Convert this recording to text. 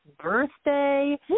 birthday